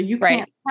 Right